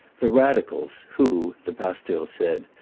the radicals, who, the pasteur said,